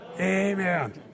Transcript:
Amen